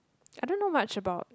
I don't know much about